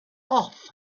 off